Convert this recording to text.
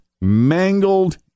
mangled